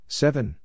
seven